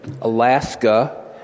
Alaska